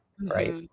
right